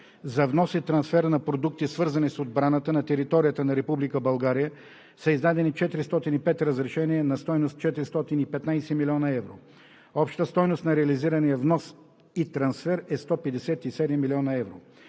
За внос и трансфер на продукти, свързани с отбраната за територията на Република България, са издадени 405 разрешения на стойност 415 млн. евро. Общата стойност на реализирания внос и трансфер е 157 млн. евро.